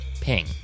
Ping